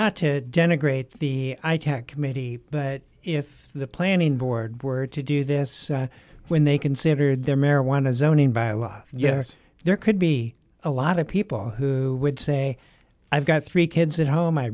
not to denigrate the committee but if the planning board were to do this when they considered their marijuana zoning back yes there could be a lot of people who would say i've got three kids at home i